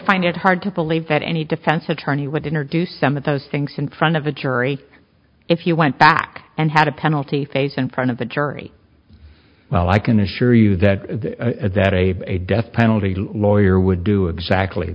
find it hard to believe that any defense attorney would enter do some of those things in front of a jury if you went back and had a penalty phase in front of a jury well i can assure you that that a death penalty lawyer would do exactly